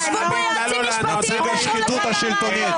ישבו פה יועצים משפטיים ואמרו לך מה רע בו.